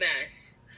mess